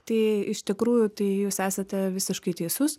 tai iš tikrųjų tai jūs esate visiškai teisus